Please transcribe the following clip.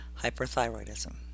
Hyperthyroidism